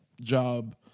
job